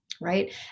right